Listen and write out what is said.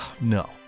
no